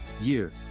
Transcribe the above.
Year